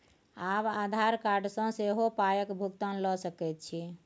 आब आधार कार्ड सँ सेहो पायक भुगतान ल सकैत छी